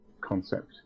concept